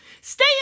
Stay